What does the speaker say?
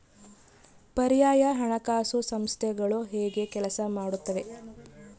ಪರ್ಯಾಯ ಹಣಕಾಸು ಸಂಸ್ಥೆಗಳು ಹೇಗೆ ಕೆಲಸ ಮಾಡುತ್ತವೆ?